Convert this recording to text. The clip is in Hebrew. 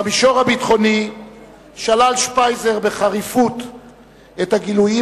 במישור הביטחוני שלל שפייזר בחריפות את הגילויים